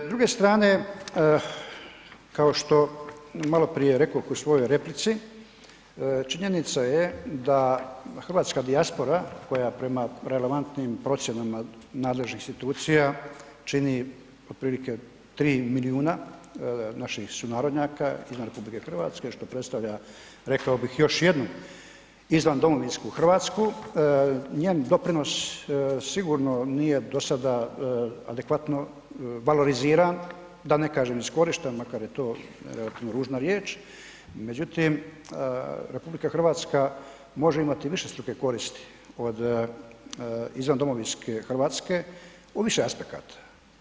S druge strane kao što maloprije rekoh u svojoj replici činjenica je da hrvatska dijaspora koja prema relevantnim procjenama nadležnih institucija čini otprilike 3 milijuna naših sunarodnjaka izvan RH što predstavlja rekao bih, još jednu izvandomovinsku Hrvatsku, njen doprinos sigurno nije dosada adekvatno valoriziran, da ne kažem iskorišten makar je to relativno ružna riječ međutim RH može imati višestruke koristi od izvandomovinske Hrvatske u više aspekata.